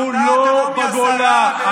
לא בגולה,